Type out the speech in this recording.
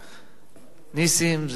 נסים זאב, אחרון.